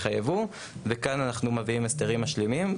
הייבוא וכאן אנחנו מביאים הסדרים משלימים.